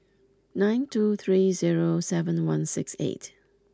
nine two three zero seven one six eight